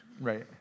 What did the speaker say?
Right